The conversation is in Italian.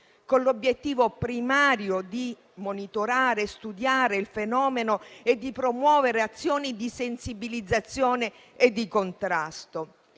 con l'obiettivo primario di monitorare e studiare il fenomeno e di promuovere azioni di sensibilizzazione e di contrasto;